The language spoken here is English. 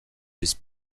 his